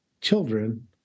children